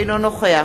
אינו נוכח